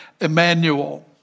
Emmanuel